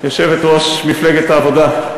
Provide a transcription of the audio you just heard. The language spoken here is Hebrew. יושבת-ראש מפלגת העבודה,